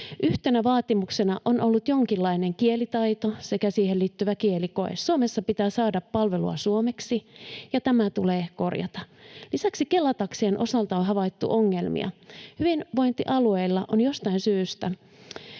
Yhtenä vaatimuksena on ollut jonkinlainen kielitaito sekä siihen liittyvä kielikoe. Suomessa pitää saada palvelua suomeksi, ja tämä tulee korjata. Lisäksi Kela-taksien osalta on havaittu ongelmia. Hyvinvointialueilla on jostain syystä,